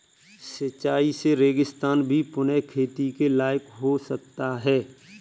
सिंचाई से रेगिस्तान भी पुनः खेती के लायक हो सकता है